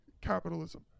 capitalism